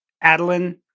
Adeline